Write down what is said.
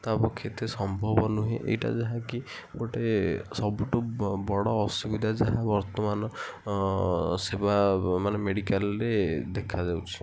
ତା ପକ୍ଷେ ଏତେ ସମ୍ଭବ ନୁହେଁ ଏଇଟା ଯାହାକି ଗୋଟେ ସବୁଠୁ ବଡ଼ ଅସୁବିଧା ଯାହା ବର୍ତ୍ତମାନ ସେବା ମାନେ ମେଡ଼ିକାଲ୍ରେ ଦେଖାଯାଉଛି